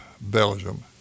Belgium